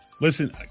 Listen